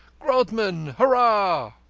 grodman! hurrah!